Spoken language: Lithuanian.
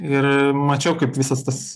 ir mačiau kaip visas tas